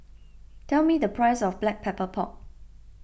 tell me the price of Black Pepper Pork